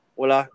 wala